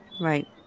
Right